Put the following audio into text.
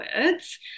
words